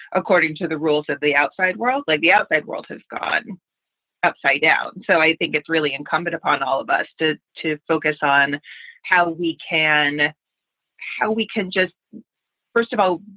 according to the rules of the outside world, like the outside world has gone upside down. so i think it's really incumbent upon all of us to to focus on how we can how we can just first of all,